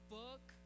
book